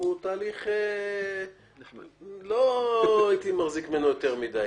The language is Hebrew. הוא תהליך שלא הייתי מחזיק ממנו יותר מדי.